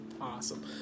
awesome